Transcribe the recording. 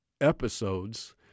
episodes